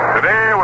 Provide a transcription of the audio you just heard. Today